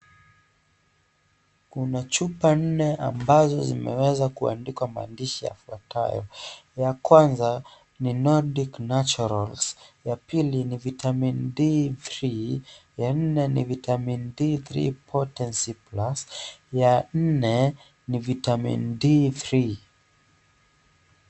Kuna chupa nne ambazo zimeweza kuandikwa maandishi yafuatayo. Ya Kwanza ni " Nocdic naturals", ya pili ni "Vitamin D", ya nne ni "Vitamin D3 potency plus" , ya nne ni " Vitamin D3 ".